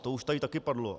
To už tady taky padlo.